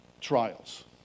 trials